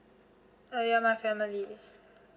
uh ya my family